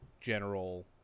general